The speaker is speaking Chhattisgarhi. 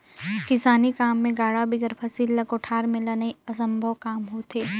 किसानी काम मे गाड़ा बिगर फसिल ल कोठार मे लनई असम्भो काम होथे